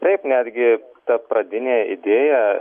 taip netgi ta pradinė idėja